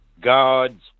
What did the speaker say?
gods